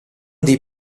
dei